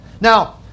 Now